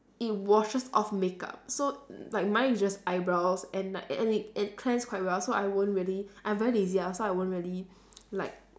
it washes off makeup so like mine is just eyebrows and like and it and it cleanse quite well so I won't really I'm very lazy ah so I won't really like